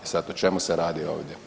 I sad o čemu se radi ovdje?